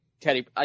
Teddy